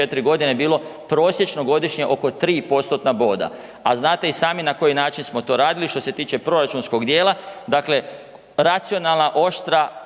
godine bilo prosječno godišnje oko 3 postotna boda, a znate i sami na koji način smo to radili što se tiče proračunskog dijela. Dakle, racionalna, oštra,